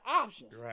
options